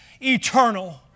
eternal